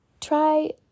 try